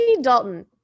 Dalton